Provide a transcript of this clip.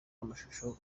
amashusho